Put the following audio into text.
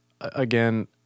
again